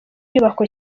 nyubako